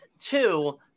two